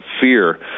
fear